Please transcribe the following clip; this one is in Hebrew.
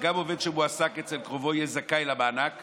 וגם מחר תמשיכו להדהד